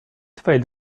failed